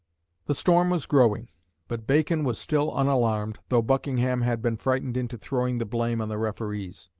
the storm was growing but bacon was still unalarmed, though buckingham had been frightened into throwing the blame on the referees.